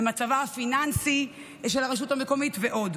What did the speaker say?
במצבה הפיננסי של הרשות המקומית ועוד.